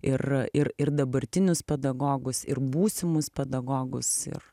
ir ir ir dabartinius pedagogus ir būsimus pedagogus ir